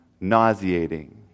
nauseating